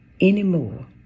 anymore